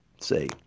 See